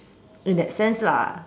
in that sense lah